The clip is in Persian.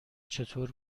چطور